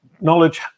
knowledge